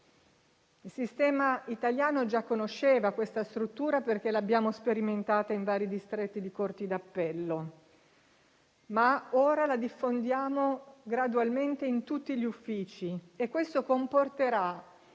Il sistema italiano già conosceva questa struttura, perché l'abbiamo sperimentata in vari distretti di corti d'appello; ora però la diffondiamo gradualmente in tutti gli uffici e questo comporterà